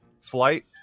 flight